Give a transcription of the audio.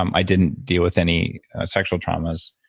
um i didn't deal with any sexual traumas,